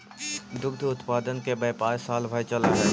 दुग्ध उत्पादन के व्यापार साल भर चलऽ हई